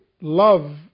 love